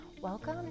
Welcome